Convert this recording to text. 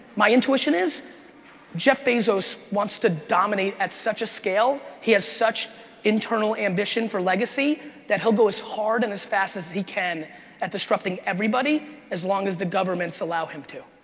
my intuition is jeff bezos wants to dominate at such a scale, he has such internal ambition for legacy that he'll go as hard and as fast as he can at disrupting everybody as long as the governments allow him to.